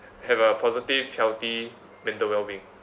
have a positive healthy mental well-being